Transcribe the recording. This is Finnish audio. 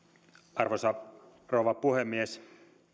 arvoisa rouva puhemies